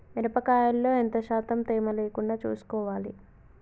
మిరప కాయల్లో ఎంత శాతం తేమ లేకుండా చూసుకోవాలి?